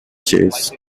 chase